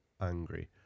angry